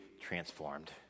transformed